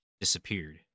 Disappeared